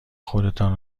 خودتان